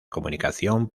comunicación